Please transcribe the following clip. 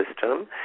system